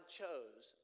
chose